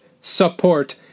SUPPORT